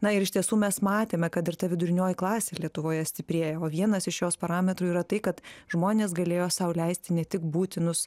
na ir iš tiesų mes matėme kad ir ta vidurinioji klasė lietuvoje stiprėja o vienas iš jos parametrų yra tai kad žmonės galėjo sau leisti ne tik būtinus